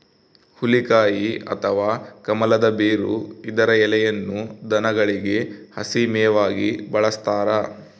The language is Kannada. ಹುಲಿಕಾಯಿ ಅಥವಾ ಕಮಲದ ಬೇರು ಇದರ ಎಲೆಯನ್ನು ದನಗಳಿಗೆ ಹಸಿ ಮೇವಾಗಿ ಬಳಸ್ತಾರ